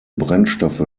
brennstoffe